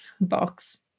box